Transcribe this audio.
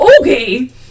Okay